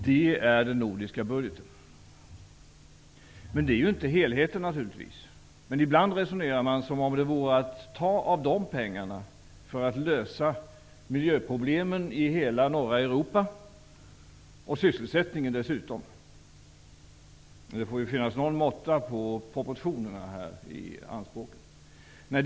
Men det är naturligtvis inte hela bilden. Ibland resonerar man som om det bara var att ta av dessa pengar för att lösa miljöproblemen och dessutom sysselsättningen i hela norra Europa. Det får ju finnas något sinne för proportioner och någon måtta på anspråken.